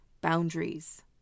boundaries